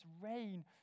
rain